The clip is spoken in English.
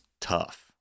tough